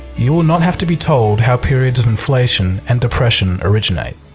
you will not have to be told how periods of inflation and depression originate.